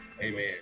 Amen